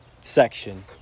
section